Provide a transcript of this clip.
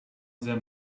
them